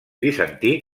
bizantí